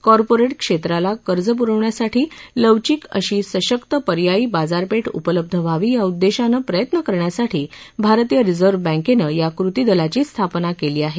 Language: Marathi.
कॉर्पोरेट क्षेत्राला कर्ज पुरवण्यासाठी लवचिक अशी पर्यायी बाजारपेठ उपलब्ध व्हावी या उद्देशानं प्रयत्न करण्यासाठी भारतीय रिझर्व्ह बँकेनं या कृती दलाची स्थापना केली आहे